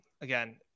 again